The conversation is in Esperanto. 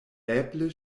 eble